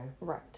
Right